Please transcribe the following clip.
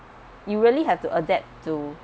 you really have to adapt to